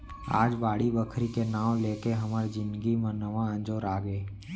आज बाड़ी बखरी के नांव लेके हमर जिनगी म नवा अंजोर आगे